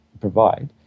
provide